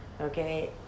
okay